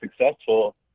successful